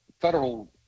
federal